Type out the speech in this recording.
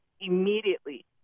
immediately